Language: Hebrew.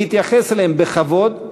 להתייחס אליהם בכבוד,